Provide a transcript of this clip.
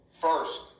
first